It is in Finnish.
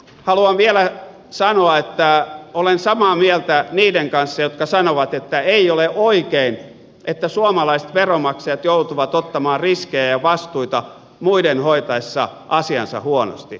haluan vielä sanoa että olen samaa mieltä niiden kanssa jotka sanovat että ei ole oikein että suomalaiset veronmaksajat joutuvat ottamaan riskejä ja vastuita muiden hoitaessa asiansa huonosti